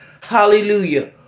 Hallelujah